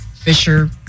Fisher